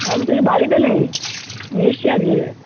আমি তো ওই বাড়িতে নেই এসছি এক জায়গায়